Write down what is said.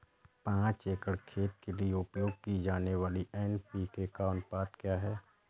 पाँच एकड़ खेत के लिए उपयोग की जाने वाली एन.पी.के का अनुपात क्या है?